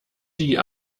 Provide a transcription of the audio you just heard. die